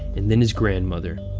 and then his grandmother.